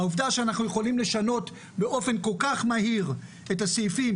העובדה שאנחנו יכולים לשנות באופן כל כך מהיר את הסעיפים